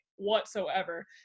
whatsoever